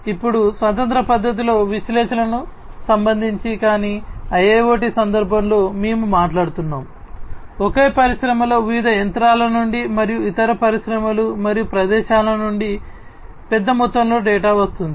ఇప్పుడు స్వతంత్ర పద్ధతిలో విశ్లేషణలకు సంబంధించి కానీ IIoT సందర్భంలో మేము మాట్లాడుతున్నాము ఒకే పరిశ్రమలోని వివిధ యంత్రాల నుండి మరియు ఇతర పరిశ్రమలు మరియు ప్రదేశాల నుండి పెద్ద మొత్తంలో డేటా వస్తోంది